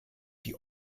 die